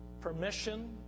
permission